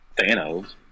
Thanos